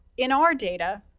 in our data,